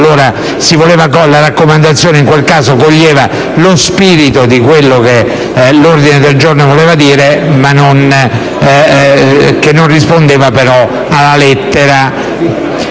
La raccomandazione in quel caso coglieva lo spirito di ciò che l'ordine del giorno prevedeva, ma che non rispondeva però alla lettera.